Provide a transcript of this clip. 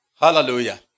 Hallelujah